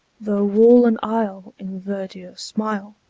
though wall and aisle in verdure smile,